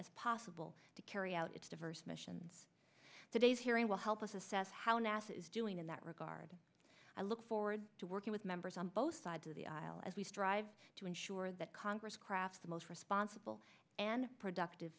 as possible to carry out its diverse missions today's hearing will help us assess how nasa is doing in that regard i look forward to working with members on both sides of the aisle as we strive to ensure that congress craft the most responsible and productive